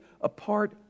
apart